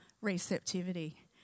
receptivity